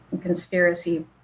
conspiracy